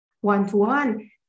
one-to-one